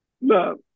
No